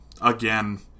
Again